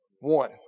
One